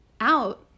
out